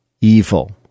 evil